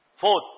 Fourth